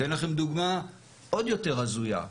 אני אתן לכם דוגמה עוד יותר הזויה.